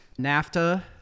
NAFTA